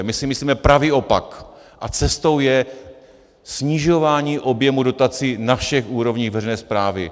My si myslíme pravý opak a cestou je snižování objemu dotací na všech úrovních veřejné správy.